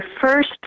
first